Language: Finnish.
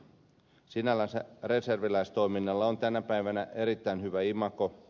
sinällänsä reserviläistoiminnalla on tänä päivänä erittäin hyvä imago